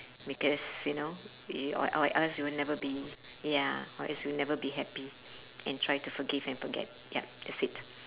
because you know y~ or or else you will never be ya or else you will never be happy and try to forgive and forget yup that's it